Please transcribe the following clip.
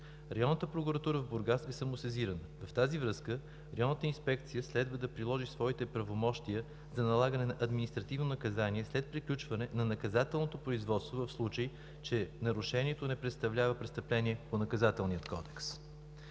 Районната прокуратура в Бургас е самосезирана. В тази връзка Районната инспекция следва да приложи своите правомощия за налагане на административно наказание след приключване на наказателното производство, в случай че нарушението не представлява престъпление по Наказателния кодекс.